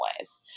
ways